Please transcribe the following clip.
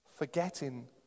Forgetting